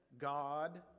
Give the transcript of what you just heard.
God